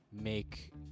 make